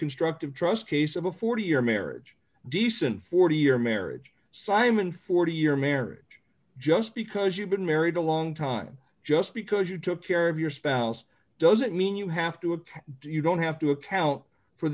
construct of trust case of a forty year marriage decent forty year marriage simon forty year marriage just because you've been married a long time just because you took care of your spouse doesn't mean you have to apply you don't have to account for